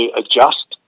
adjust